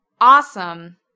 Awesome